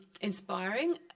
inspiring